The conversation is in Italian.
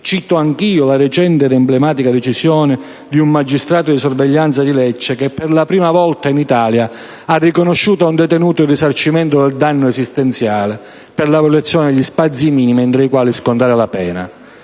cito anch'io la recente ed emblematica decisione di un magistrato di sorveglianza di Lecce che, per la prima volta in Italia, ha riconosciuto a un detenuto il risarcimento del danno esistenziale per la violazione di spazi minimi entro i quali scontare la pena.